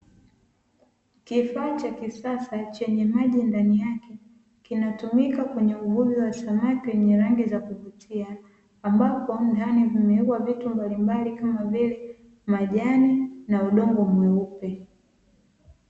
Kifaa cha kisasa chenye maji ndani yake, kinatumika kwenye uvuvi wa samaki wenye rangi za kuvutia, ambapo ndani vimewekwa vitu mbalimbali kama vile majani na udongo mweupe.